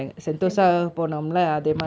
sentosa